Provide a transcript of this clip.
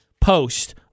post